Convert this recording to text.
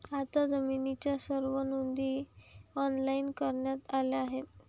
आता जमिनीच्या सर्व नोंदी ऑनलाइन करण्यात आल्या आहेत